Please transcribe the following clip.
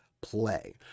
play